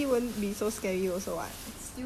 it's still a bit I mean like is